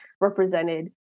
represented